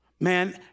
Man